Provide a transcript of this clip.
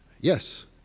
yes